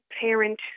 parent